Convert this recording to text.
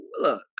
look